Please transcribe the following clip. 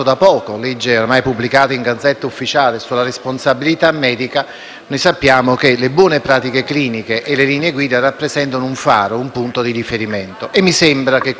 noi sappiamo che le buone pratiche cliniche e le linee guida rappresentano un faro, un punto di riferimento. E mi sembra che il comma 6 sia in perfetta sintonia, salvo verificare, però,